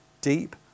Deep